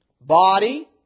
Body